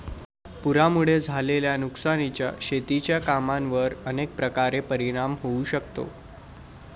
पुरामुळे झालेल्या नुकसानीचा शेतीच्या कामांवर अनेक प्रकारे परिणाम होऊ शकतो